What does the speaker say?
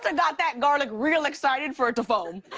got that garlic real excited for it to foam.